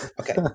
Okay